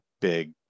big